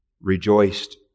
rejoiced